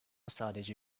sadece